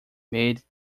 made